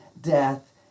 death